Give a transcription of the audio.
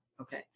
okay